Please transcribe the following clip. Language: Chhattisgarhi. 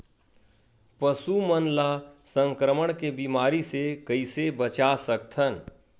पशु मन ला संक्रमण के बीमारी से कइसे बचा सकथन?